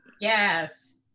yes